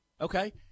Okay